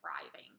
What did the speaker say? thriving